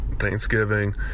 thanksgiving